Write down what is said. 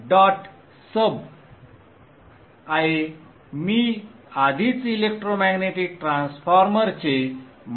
sub आहे मी आधीच इलेक्ट्रोमॅग्नेटिक ट्रान्सफॉर्मरचे मॉडेल समाविष्ट केले आहे